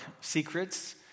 secrets